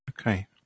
Okay